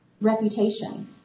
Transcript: reputation